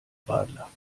radler